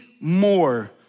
more